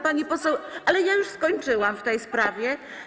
Pani poseł, ja już skończyłam w tej sprawie.